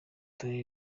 dore